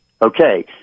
Okay